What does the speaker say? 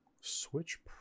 switch